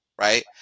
right